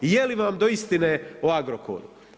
Je li vam do istine o Agrokoru?